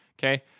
Okay